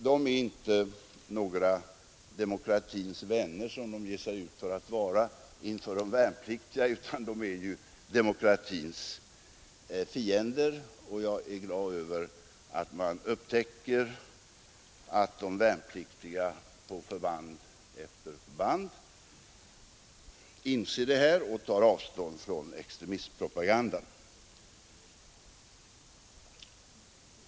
De är inte några demokratins vänner, som de ger sig ut för att vara inför de värnpliktiga, utan de är demokratins fiender. Jag är glad över att de värnpliktiga på förband efter förband inser det här och tar avstånd från extremistpropagandan.